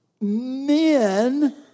men